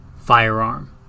firearm